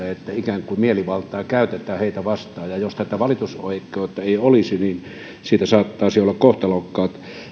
että ikään kuin mielivaltaa käytetään heitä vastaan jos tätä valitusoikeutta ei olisi niin siitä saattaisi olla kohtalokkaat